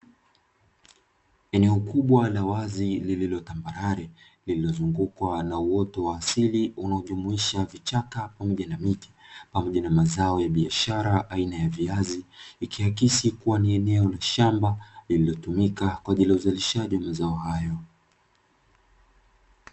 Eneo kubwa la wazi lililo tambarare lililozungukwa na uoto wa asili unaojumuisha vichaka pamoja na miti pamoja na mazao ya biashara aina ya viazi, ikiakisi kuwa ni eneo la shamba linalotumika kwa ajili ya uzalishaji wa mazao hayo.